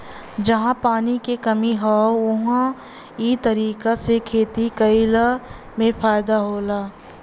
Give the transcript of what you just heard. जहां पानी के कमी हौ उहां इ तरीका से खेती कइला में फायदा होला